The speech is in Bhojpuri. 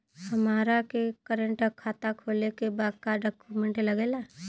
हमारा के करेंट खाता खोले के बा का डॉक्यूमेंट लागेला?